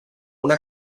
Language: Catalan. una